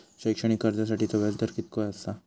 शैक्षणिक कर्जासाठीचो व्याज दर कितक्या आसा?